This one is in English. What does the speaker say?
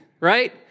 Right